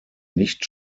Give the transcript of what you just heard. nicht